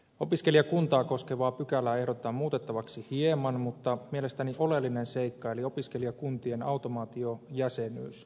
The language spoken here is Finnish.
opiskelijakuntaa koskevaa pykälää ehdotetaan muutettavaksi hieman mutta mielestäni oleellinen seikka eli opiskelijakuntien automaatiojäsenyys sivuutetaan